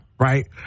Right